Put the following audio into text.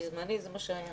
בזמני כך היה.